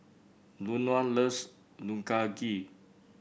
Luann loves Unagi